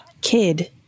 kid